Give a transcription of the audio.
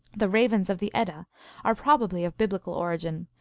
the ravens of the edda are probably of biblical origin.